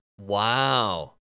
Wow